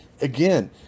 Again